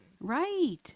Right